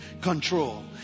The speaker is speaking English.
control